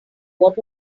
what